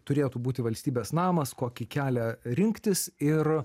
turėtų būti valstybės namas kokį kelią rinktis ir